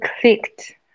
clicked